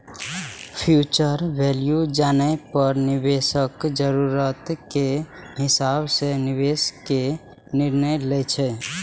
future value जानै पर निवेशक जरूरत के हिसाब सं निवेश के निर्णय लै छै